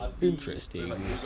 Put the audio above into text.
Interesting